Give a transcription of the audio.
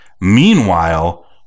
meanwhile